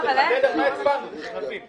רק לחדד על מה הצבענו, כדי שנבין.